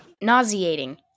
Nauseating